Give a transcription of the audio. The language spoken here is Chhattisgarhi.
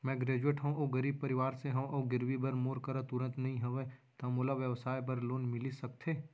मैं ग्रेजुएट हव अऊ गरीब परवार से हव अऊ गिरवी बर मोर करा तुरंत नहीं हवय त मोला व्यवसाय बर लोन मिलिस सकथे?